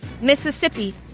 Mississippi